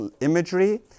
imagery